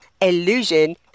illusion